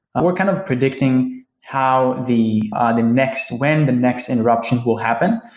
we're kind of predicting how the ah the next when the next interruption will happen.